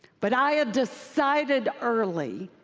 but i had decided early,